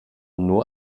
nur